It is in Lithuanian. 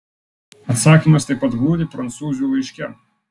atsakymas taip pat glūdi prancūzių laiške